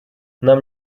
нам